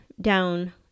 down